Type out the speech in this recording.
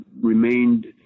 remained